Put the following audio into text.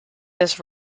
this